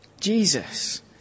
Jesus